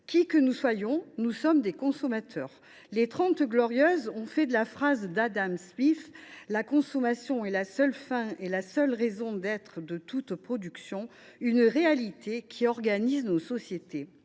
Qui que nous soyons, nous sommes des consommateurs. Les Trente Glorieuses ont fait de la phrase d’Adam Smith –« La consommation est la seule fin et la seule raison d’être de toute production. »– une réalité qui organise nos sociétés.